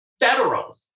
federal